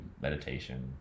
meditation